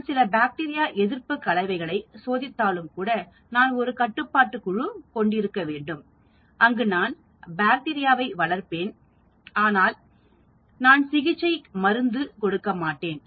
நான் சில பாக்டீரியா எதிர்ப்பு கலவைகளை சோதித்தாலும் கூட நான் ஒரு கட்டுப்பாட்டுத் குழு கொண்டிருக்க வேண்டும் அங்கு நான் பாக்டீரியாவை வளர்ப்பேன் ஆனால் நான் சிகிச்சை மருந்து கொடுக்க மாட்டேன்